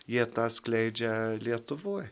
jie tą skleidžia lietuvoje